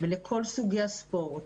לכל סוגי הספורט,